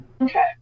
Okay